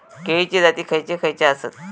केळीचे जाती खयचे खयचे आसत?